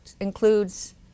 includes